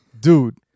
dude